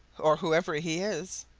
or whoever he is?